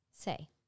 say